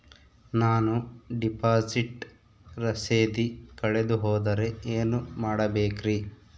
ನಾನು ಡಿಪಾಸಿಟ್ ರಸೇದಿ ಕಳೆದುಹೋದರೆ ಏನು ಮಾಡಬೇಕ್ರಿ?